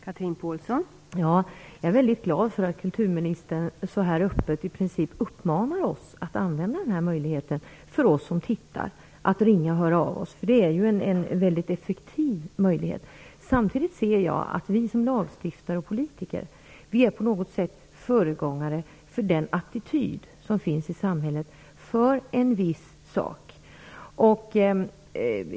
Fru talman! Jag är väldigt glad för att kulturministern så här öppet i princip uppmanar oss att använda möjligheten att ringa och höra av oss. Det är väldigt effektivt. Samtidigt ser jag att vi som lagstiftare och politiker på något sätt är föregångare för den attityd som finns i samhället för en viss sak.